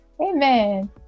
Amen